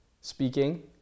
speaking